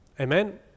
amen